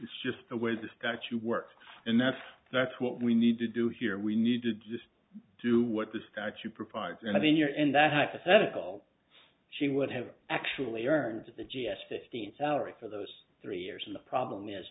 it's just the way this got to work and that's that's what we need to do here we need to just do what the statute provides and i mean you're in that hypothetical she would have actually earned the g s fifteen salary for those three years and the problem is